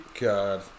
god